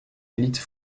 élites